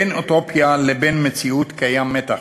בין אוטופיה לבין מציאות קיים מתח: